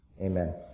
Amen